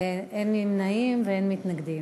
אין נמנעים ואין מתנגדים.